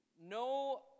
no